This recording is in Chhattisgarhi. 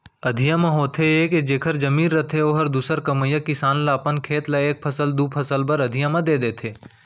अधिया म होथे ये के जेखर जमीन रथे ओहर दूसर कमइया किसान ल अपन खेत ल एक फसल, दू फसल बर अधिया म दे देथे